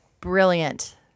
brilliant